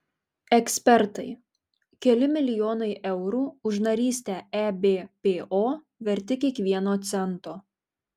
ekspertai keli milijonai eurų už narystę ebpo verti kiekvieno cento